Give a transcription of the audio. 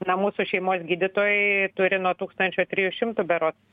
na mūsų šeimos gydytojai turi nuo tūkstančio trijų šimtų berods